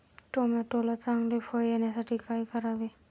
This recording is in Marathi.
टोमॅटोला चांगले फळ येण्यासाठी काय करावे?